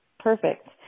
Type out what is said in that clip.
Perfect